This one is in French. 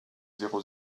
zéro